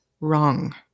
wrong